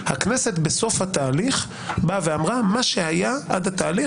הכנסת בסוף התהליך באה ואמרה: מה שהיה עד התהליך,